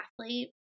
athlete